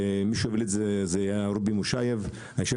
ומי שהוביל את זה היה רובי מושייב והשאיר